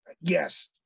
Yes